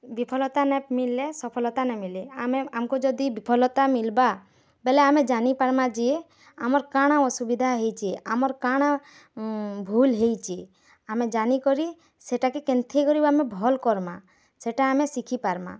ବିଫଲତା ନାଇ ମିଲଲେ ସଫଲତା ନାଇ ମିଲି ଆମେ ଆମ୍କୁ ଯଦି ବିଫଲତା ମିଲ୍ବା ବେଲେ ଆମେ ଜାନିପାର୍ମା ଯେ ଆମର୍ କାଣା ଅସୁବିଧା ହେଇଛି ଆମର୍ କାଣା ଭୁଲ୍ ହେଇଛି ଆମେ ଜାନିକରି ସେଟାକି କେନ୍ଥି କରି ଭଲ୍ କର୍ମା ସେଟା ଆମେ ଶିଖିପାର୍ମା